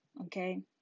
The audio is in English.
Okay